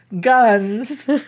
guns